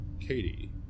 Katie